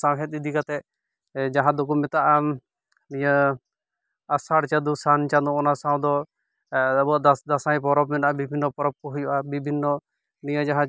ᱥᱟᱣᱦᱮᱫ ᱤᱫᱤ ᱠᱟᱛᱮ ᱡᱟᱦᱟ ᱫᱚᱠᱚ ᱢᱮᱛᱟᱼᱟ ᱤᱭᱟᱹ ᱟᱥᱟᱲ ᱪᱟᱸᱫᱳ ᱥᱟᱱ ᱪᱟᱸᱫᱳ ᱚᱱᱟ ᱥᱟᱣ ᱫᱚ ᱟᱵᱳᱣᱟᱜ ᱫᱟᱸᱥᱟᱭ ᱯᱚᱨᱚᱵ ᱢᱮᱱᱟᱼᱟ ᱵᱤᱵᱷᱤᱱᱱᱚ ᱯᱚᱨᱚᱵ ᱠᱚ ᱦᱩᱭᱩᱜᱼᱟ ᱵᱤᱵᱷᱤᱱᱱᱚ ᱱᱤᱭᱟᱹ ᱡᱟᱦᱟ